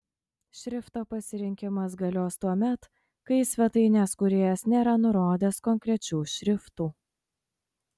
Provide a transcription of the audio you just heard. šrifto pasirinkimas galios tuomet kai svetainės kūrėjas nėra nurodęs konkrečių šriftų